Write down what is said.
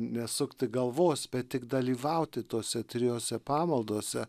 nesukti galvos bet tik dalyvauti tose trijose pamaldose